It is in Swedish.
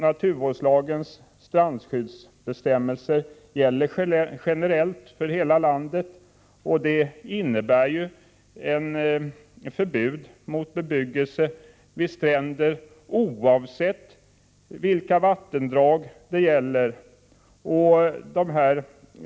Naturvårdslagens strandskyddsbestämmelser gäller generellt för hela landet och innebär förbud mot bebyggelse vid stränder, oavsett vilka vattendrag det rör sig om.